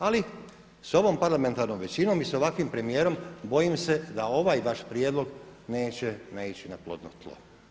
Ali s ovom parlamentarnom većinom i sa ovakvim premijerom bojim se da ovaj vaš prijedlog neće naići na plodno tlo.